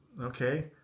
Okay